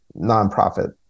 nonprofit